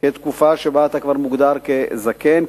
כתקופה שבה אתה מוגדר כזקן,